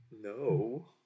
No